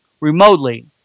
remotely